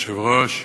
אדוני היושב-ראש,